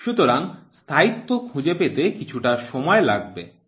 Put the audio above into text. সুতরাং স্থায়িত্ব খুঁজে পেতে কিছুটা সময় লাগবে